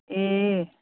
ए